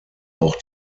auch